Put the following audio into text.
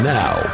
now